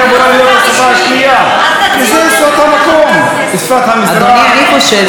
זו לא שפה רשמית, אני חושב